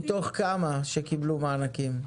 מתוך כמה שקיבלו מענקים?